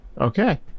Okay